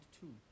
two